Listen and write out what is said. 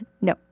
No